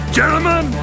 Gentlemen